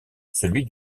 celui